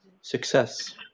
Success